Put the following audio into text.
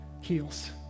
heals